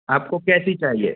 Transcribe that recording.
आपको कैसी चाहिए